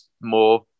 more